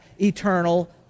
eternal